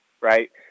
right